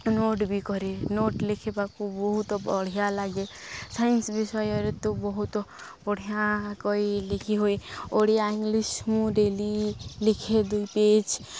note ବି କରେ note ଲେଖିବାକୁ ବହୁତ ବଢ଼ିଆ ଲାଗେ ସାଇନ୍ସ ବିଷୟରେ ତୁ ବହୁତ ବଢ଼ିଆ କରି ଲେଖି ହୁଏ ଓଡ଼ିଆ ଇଂଲିଶ ମୁଁ ଡେଲି ଲେଖେ ଦୁଇ ପେଜ୍